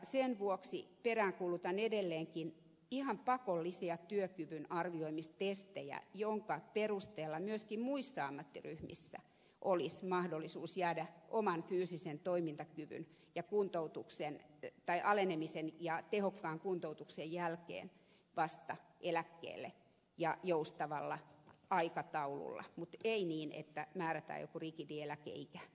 sen vuoksi peräänkuulutan edelleenkin ihan pakollisia työkyvyn arvioimistestejä joiden perusteella myöskin muissa ammattiryhmissä olisi mahdollisuus jäädä vasta oman fyysisen toimintakyvyn alenemisen ja tehokkaan kuntoutuksen jälkeen eläkkeelle ja joustavalla aikataululla mutta ei niin että määrätään joku rigidi eläkeikä